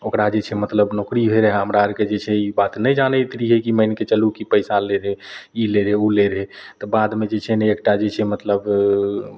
ओकरा जे छै मतलब नौकरी होइ रहै हमरा आरके जे छै ई बात नहि जानैत रहियै कि मानिके चलु कि पैसा लै रहै ई लै रहै ओ लै रहै तऽ बादमे जे छै ने एकटा जे छै मतलब